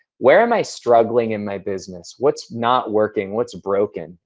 where am i struggling in my business? what's not working, what's broken?